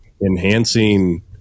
enhancing